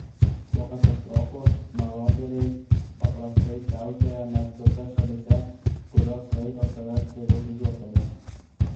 po katastrofų marodieriai paprastai siautėja net tose šalyse kurios laiko save civilizuotomis